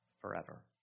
forever